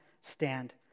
stand